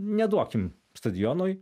neduokim stadionui